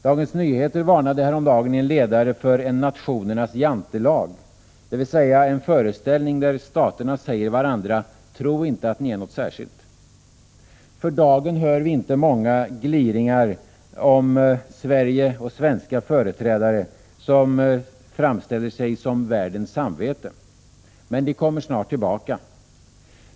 Dagens Nyheter varnade häromdagen i en ledare för en nationernas Jantelag, dvs. en föreställning där staterna säger varandra: Tro inte att ni är något särskilt! För dagen hör vi inte många gliringar om Sverige och svenska representanter som framställer sig som världens samvete. Men de kommer snart tillbaka.